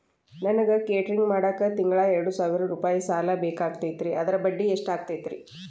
ನನಗ ಕೇಟರಿಂಗ್ ಮಾಡಾಕ್ ತಿಂಗಳಾ ಎರಡು ಸಾವಿರ ರೂಪಾಯಿ ಸಾಲ ಬೇಕಾಗೈತರಿ ಅದರ ಬಡ್ಡಿ ಎಷ್ಟ ಆಗತೈತ್ರಿ?